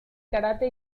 karate